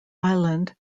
island